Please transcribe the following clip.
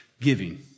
Giving